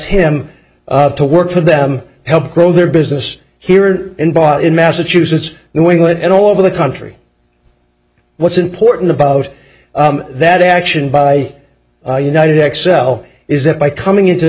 him to work for them to help grow their business here or in boston massachusetts new england and all over the country what's important about that action by united x l is that by coming into